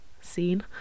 scene